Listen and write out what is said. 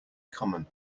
common